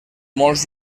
molts